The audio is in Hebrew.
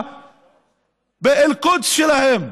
באל-קודס שלהם.